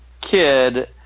kid